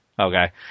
Okay